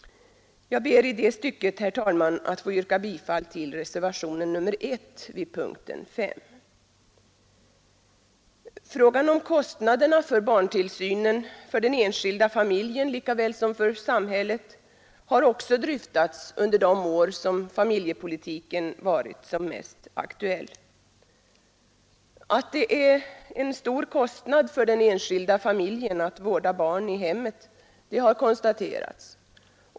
Jag ber i det stycket, herr talman, att få yrka bifall till reservationen 1 vid punkten 5. Frågan om kostnaderna för barntillsynen för den enskilda familjen lika väl som för samhället har också dryftats under de år som familjepolitiken varit som mest aktuell. Att det är en stor kostnad för den enskilda familjen att vårda barn i hemmet har konstaterats.